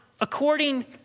according